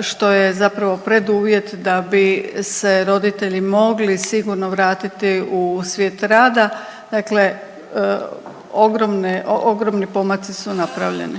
što je zapravo preduvjet da bi se roditelji mogli sigurno vratiti u svijet rada. Dakle, ogromne, ogromni pomaci su napravljeni.